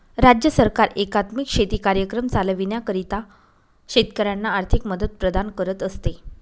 राज्य सरकार एकात्मिक शेती कार्यक्रम चालविण्याकरिता शेतकऱ्यांना आर्थिक मदत प्रदान करत असते